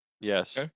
Yes